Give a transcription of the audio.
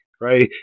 right